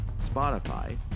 Spotify